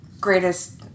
greatest